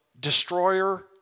destroyer